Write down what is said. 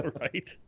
Right